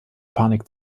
panik